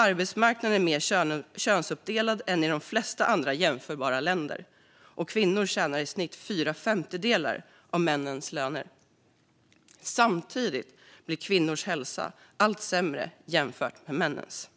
Arbetsmarknaden är mer könsuppdelad än i de flesta andra jämförbara länder, och kvinnor tjänar i snitt fyra femtedelar av männens löner. Samtidigt blir kvinnors hälsa allt sämre jämfört med männens.